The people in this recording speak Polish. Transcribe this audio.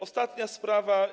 Ostatnia sprawa.